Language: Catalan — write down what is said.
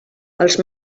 els